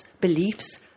beliefs